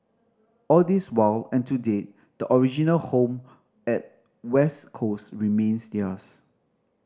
all this while and to date the original home at west coast remains theirs